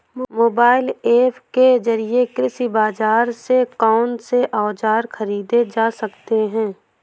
Mobile app के जरिए कृषि बाजार से कौन से औजार ख़रीदे जा सकते हैं?